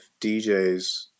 djs